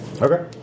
Okay